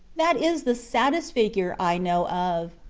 that is the saddest figure i know of.